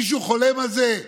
מישהו חולם על זה?